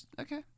Okay